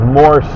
more